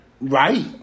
Right